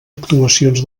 actuacions